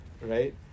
Right